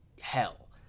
hell